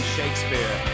Shakespeare